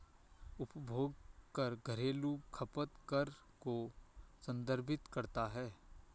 उपभोग कर घरेलू खपत कर को संदर्भित करता है